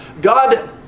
God